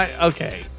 Okay